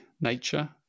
nature